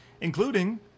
including